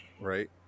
Right